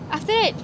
after that